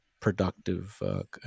productive